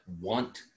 want